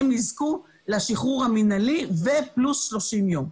הם יזכו לשחרור המינהלי ופלוס 30 יום.